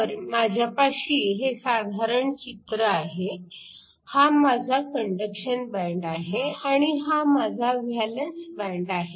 तर माझ्यापाशी हे साधारण चित्र आहे हा माझा कंडक्शन बँड आहे आणि हा माझा व्हॅलन्स बँड आहे